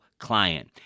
client